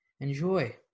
enjoy